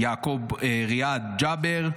יעקוב ריאד גבר,